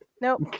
Nope